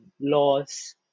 laws